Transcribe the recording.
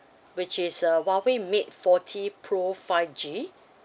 which is uh Huawei mate forty pro five G